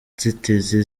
inzitizi